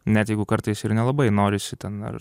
net jeigu kartais ir nelabai norisi ten ar